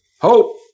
Hope